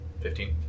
Fifteen